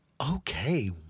okay